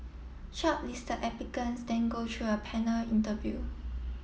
shortlist applicants then go through a panel interview